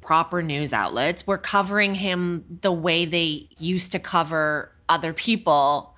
proper news! outlets were covering him the way they used to cover other people